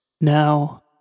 Now